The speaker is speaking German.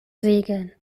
segeln